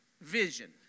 vision